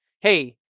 Hey